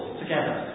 together